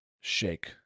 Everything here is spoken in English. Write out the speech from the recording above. shake